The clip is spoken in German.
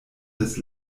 des